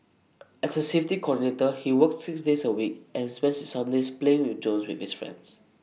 as A safety coordinator he works six days A week and spends his Sundays playing with drones with his friends